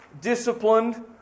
disciplined